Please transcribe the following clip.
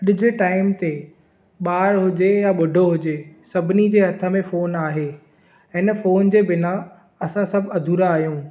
अॼ जे टाइम ते बार हुजे या ॿुढो हुजे सभिनी जे हथ में फोन आहे हिन फोन जे बिना असां सभु अधुरा आहियूं